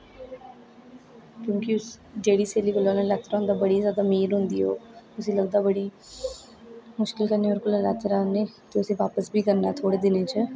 क्योंकि उस जेह्ड़ी स्हेली कोला लैता दा होंदा बड़ी जादा अमीर होंदी ओह् उसी लगदा बड़ी मुश्किल कन्नै ओह्दे कोला लैता दा उ'न्ने उसी बापस बी करना थोह्ड़े दिनें च